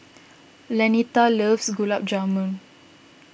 Lanita loves Gulab Jamun